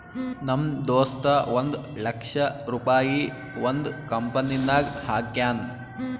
ನಮ್ ದೋಸ್ತ ಒಂದ್ ಲಕ್ಷ ರುಪಾಯಿ ಒಂದ್ ಕಂಪನಿನಾಗ್ ಹಾಕ್ಯಾನ್